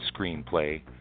screenplay